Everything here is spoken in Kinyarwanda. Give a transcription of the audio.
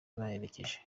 babaherekeje